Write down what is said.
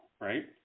right